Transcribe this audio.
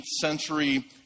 century